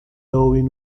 owen